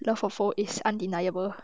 the love for food is undeniable